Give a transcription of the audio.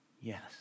Yes